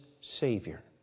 Savior